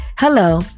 Hello